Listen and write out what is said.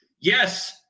Yes